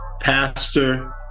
pastor